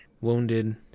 wounded